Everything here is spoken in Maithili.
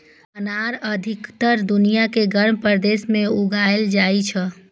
अनार अधिकतर दुनिया के गर्म प्रदेश मे उगाएल जाइ छै